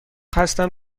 هستم